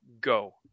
Go